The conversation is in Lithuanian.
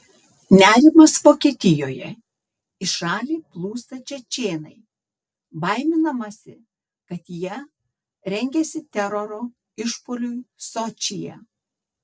nerimas vokietijoje į šalį plūsta čečėnai baiminamasi kad jie rengiasi teroro išpuoliui sočyje